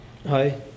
Hi